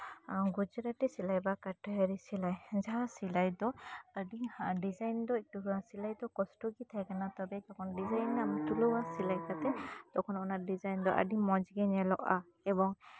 ᱜᱚᱪᱚᱨᱟᱴᱤ ᱥᱮᱞᱟᱭ ᱥᱮ ᱠᱟᱴᱷᱟᱨᱤ ᱥᱮᱞᱟᱭ ᱡᱟᱦᱟᱸ ᱥᱮᱞᱟᱭ ᱫᱚ ᱟ ᱰᱤ ᱰᱤᱡᱟᱭᱤᱱ ᱫᱚ ᱮᱠᱴᱩ ᱠᱚᱥᱴᱚ ᱜᱮ ᱛᱟᱦᱮᱸᱠᱟᱱᱟ ᱛᱚᱵᱮ ᱡᱚᱠᱷᱚᱱ ᱰᱤᱡᱟᱭᱤᱱ ᱨᱮᱭᱟᱜ ᱥᱤᱞᱟᱹᱭ ᱠᱟᱛᱮ ᱛᱚᱠᱷᱚᱱ ᱚᱱᱟ ᱰᱤᱡᱟᱭᱤᱱ ᱫᱚ ᱟ ᱰᱤ ᱢᱚᱡᱽ ᱜᱮ ᱧᱮᱞᱚᱜᱼᱟ ᱮᱵᱚᱝ